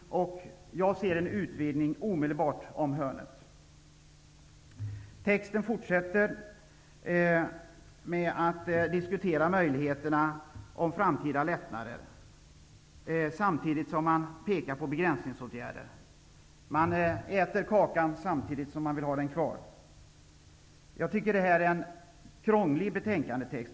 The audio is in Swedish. Jag ser en utvidgning omedelbart om hörnet. Texten fortsätter med att diskutera möjligheterna för framtida lättnader samtidigt som man pekar på begränsningsåtgärder. Man äter kakan samtidigt som man vill ha den kvar. Jag tycker att detta är en krånglig betänkandetext.